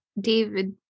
David